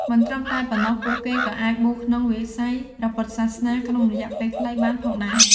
មិនត្រឹមតែប៉ុណ្ណោះ ពួកគេក៏អាចបួសក្នុងវិស័យព្រះពុទ្ធសាសនាក្នុងរយៈពេលខ្លីបានផងដែរ។